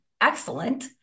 excellent